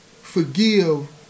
forgive